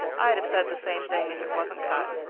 i'd have said the same thing if it wasn't cut.